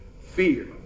Fear